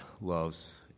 loves